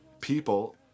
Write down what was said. people